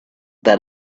that